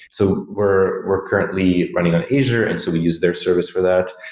so, we're we're currently running on azure, and so we use their service for that,